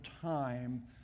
time